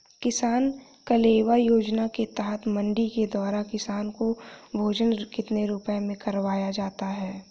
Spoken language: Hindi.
किसान कलेवा योजना के तहत मंडी के द्वारा किसान को भोजन कितने रुपए में करवाया जाता है?